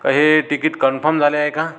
का हे ticket confirm झाले आहे का